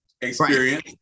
experience